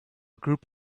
group